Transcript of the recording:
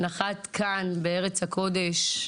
נחת כאן בארץ הקודש,